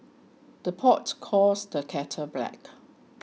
the pot calls the kettle black